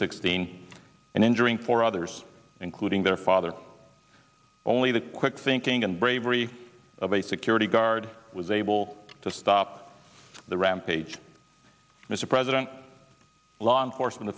sixteen and injuring four others including their father only the quick thinking and bravery of a security guard was able to stop the rampage mr president law enforcement